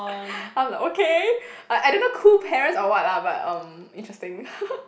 I'm like okay I I don't know cool parents or what lah but um interesting